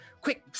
Quick